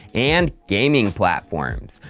and gaming platforms.